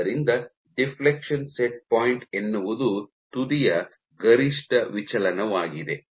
ಆದ್ದರಿಂದ deflection set point ಎನ್ನುವುದು ತುದಿಯ ಗರಿಷ್ಠ ವಿಚಲನವಾಗಿದೆ